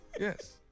Yes